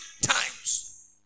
times